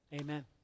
Amen